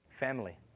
family